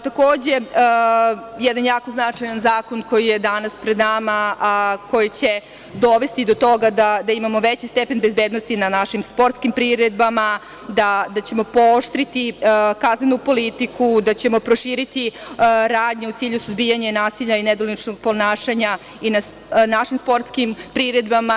Takođe, jedan jako značajan zakon koji je danas pred nama, a koji će dovesti do toga da imamo veći stepen bezbednosti na našim sportskim priredbama, gde ćemo pooštriti kaznenu politiku, da ćemo proširiti radnje u cilju suzbijanja nasilja i nedoličnog ponašanja na našim sportskim priredbama.